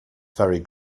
very